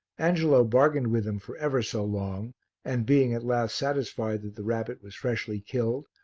angelo bargained with him for ever so long and, being at last satisfied that the rabbit was freshly killed,